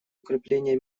укрепление